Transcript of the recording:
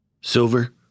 Silver